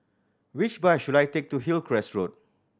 which bus should I take to Hillcrest Road